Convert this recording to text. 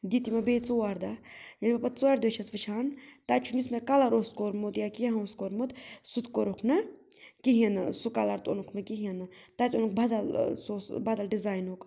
دِتۍ یِمو بیٚیہِ ژور دۄہ ییٚلہِ بہٕ پَتہٕ ژورِ دۄہہِ چھَس وٕچھان تَتہِ چھُ یُس مےٚ کَلَر اوس کوٚرمُت یا کینٛہہ اوس کوٚرمُت سُہ تہِ کوٚرُکھ نہٕ کِہیٖنۍ نہٕ سُہ کَلَر تہٕ اوٚنُکھ نہٕ کِہیٖنۍ نہٕ تَتہِ اوٚنُکھ بدل سُہ اوس بدل ڈِزاینُک